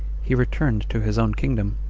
he returned to his own kingdom.